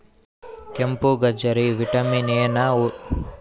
ಕೆಂಪುಗಜ್ಜರಿ vitamin A ನ ಉತ್ತಮ ಮೂಲ ಬೇರನ್ನು ತರಕಾರಿಯಾಗಿ ತಿಂಬಲಾಗ್ತತೆ